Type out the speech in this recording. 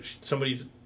somebody's